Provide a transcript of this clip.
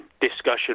discussion